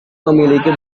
memiliki